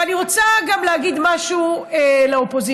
ואני רוצה גם להגיד משהו לאופוזיציה.